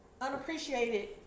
unappreciated